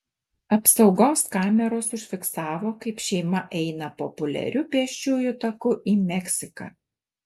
apsaugos kameros užfiksavo kaip šeima eina populiariu pėsčiųjų taku į meksiką